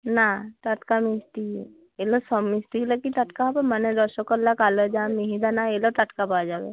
না টাটকা মিষ্টি এগুলা সব মিষ্টিগুলাই কী টাটকা হবে মানে রসগোল্লা কালোজাম মিহিদানা এগুলা টাটকা পাওয়া যাবে